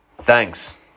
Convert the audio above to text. Thanks